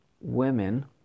Women